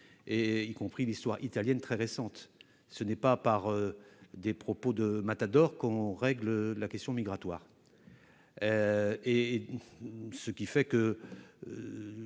y compris l'histoire italienne très récente. Ce n'est pas avec des propos de matamore qu'on réglera la question migratoire. Très bien